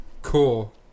Cool